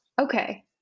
Okay